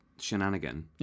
shenanigan